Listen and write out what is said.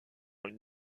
une